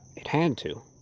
it had to